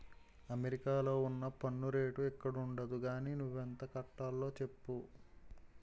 అమెరికాలో ఉన్న పన్ను రేటు ఇక్కడుండదు గానీ నువ్వెంత కట్టాలో చెప్పు